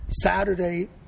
Saturday